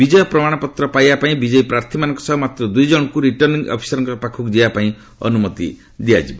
ବିଜୟ ପ୍ରମାଣପତ୍ର ପାଇବା ପାଇଁ ବିଜୟୀ ପ୍ରାର୍ଥୀଙ୍କ ସହ ମାତ୍ର ଦୁଇଜଣଙ୍କୁ ରିଟର୍ଣ୍ଣିଂ ଅଫିସରଙ୍କ ପାଖକୁ ଯିବା ପାଇଁ ଅନୁମତି ଦିଆଯିବ